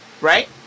right